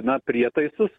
na prietaisus